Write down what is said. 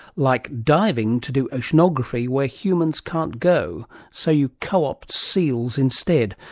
like diving to do oceanography where humans can't go so you co-opt seals instead.